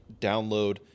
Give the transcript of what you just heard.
download